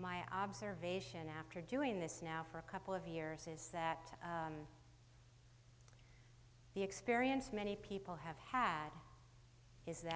my observation after doing this now for a couple of years is that the experience many people have had is that